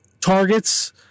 targets